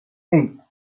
eight